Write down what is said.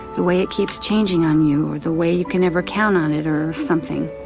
the way it keeps changing on you or the way you can ever count on it or something.